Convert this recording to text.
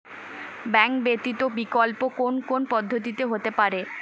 Bank ব্যতীত বিকল্প কোন কোন পদ্ধতিতে হতে পারে?